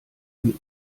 ihm